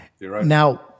Now